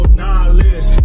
knowledge